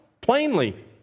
plainly